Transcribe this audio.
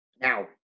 Now